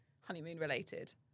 honeymoon-related